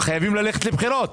חייבים ללכת לבחירות.